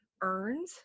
earned